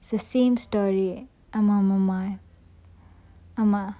the same story ஆமாமாமா ஆமா:aamamama aama